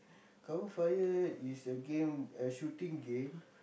cover fire is a game a shooting game